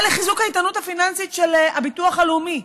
לחיזוק האיתנות הפיננסית של הביטוח הלאומי.